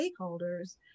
stakeholders